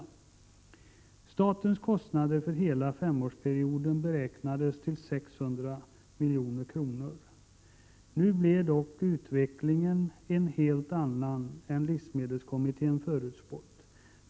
Statens kostnader för hela femårsperioden beräknades till 600 milj.kr. Nu blev dock utvecklingen en helt annan än livsmedelskommittén förutspått.